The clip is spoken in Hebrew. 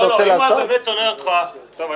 אם הוא באמת היה שונא אותך טוב,